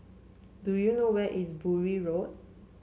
do you know where is Bury Road